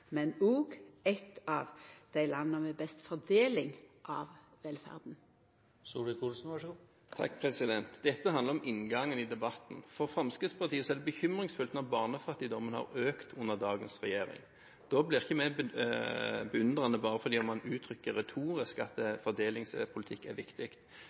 men òg eit av dei landa med best fordeling av velferda? Dette handler om inngangen i debatten. For Fremskrittspartiet er det bekymringsfullt når barnefattigdommen har økt under dagens regjering. Da blir vi ikke beundrende bare fordi en uttrykker retorisk at fordelingspolitikk er viktig.